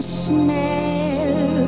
smell